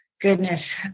goodness